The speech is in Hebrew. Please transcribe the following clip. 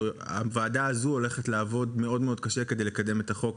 הוועדה הזו הולכת לעבוד מאוד קשה כדי לקדם את החוק